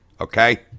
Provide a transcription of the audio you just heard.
Okay